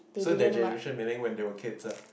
so their generation meaning when they were kids ah